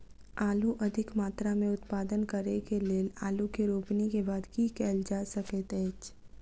आलु अधिक मात्रा मे उत्पादन करऽ केँ लेल आलु केँ रोपनी केँ बाद की केँ कैल जाय सकैत अछि?